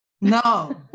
No